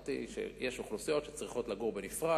אמרתי שיש אוכלוסיות שצריכות לגור בנפרד.